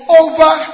over